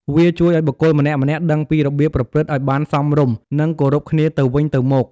វាជួយឱ្យបុគ្គលម្នាក់ៗដឹងពីរបៀបប្រព្រឹត្តឱ្យបានសមរម្យ និងគោរពគ្នាទៅវិញទៅមក។